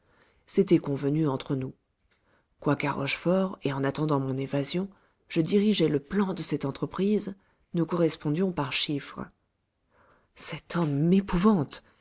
c'était convenu entre nous quoiqu'à rochefort et en attendant mon évasion je dirigeais le plan de cette entreprise nous correspondions par chiffres